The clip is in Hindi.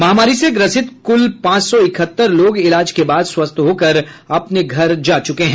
महामारी से ग्रसित कुल पांच सौ इकहत्तर लोग इलाज के बाद स्वस्थ होकर अपने घर जा चुके हैं